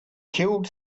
killed